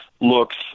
looks